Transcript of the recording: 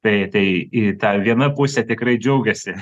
tai tai į tą viena pusė tikrai džiaugiasi